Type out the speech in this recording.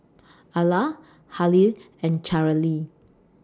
Iola Halie and Cherrelle